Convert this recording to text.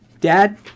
Dad